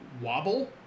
wobble